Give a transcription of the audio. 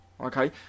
okay